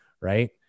right